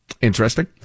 Interesting